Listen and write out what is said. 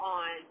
on